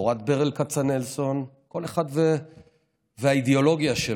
תורת ברל כצנלסון, כל אחד והאידיאולוגיה שלו.